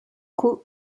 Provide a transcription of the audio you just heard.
coup